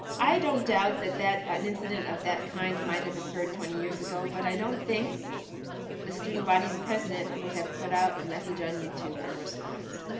i don't doubt that that an incident of that kind, might have occurred twenty years ago. but i don't think the student body president would have put out a message on youtube in response.